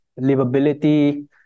livability